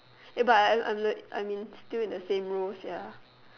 but I I'm like I'm in still in the same role ya